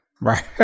Right